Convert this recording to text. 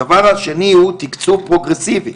הדבר השני, תיקצוב פרוגרסיבי.